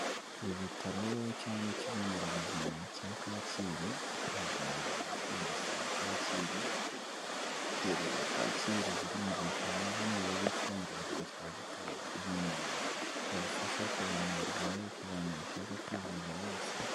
Ibitaro cyangwa ikigo nderabuzima cya Kacyiru, ni ibya polisi ya Kacyiru, giherereye Kacyiru birumvikana, hano rero ikigo nderazima kikaba gitanga ubufasha ku bantu barwaye, ku bantu bashaka kwivuza bose.